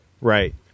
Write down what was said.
Right